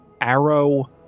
arrow